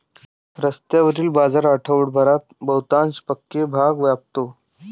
रस्त्यावरील बाजार आठवडाभरात बहुतांश पक्के भाग व्यापतो